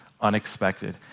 unexpected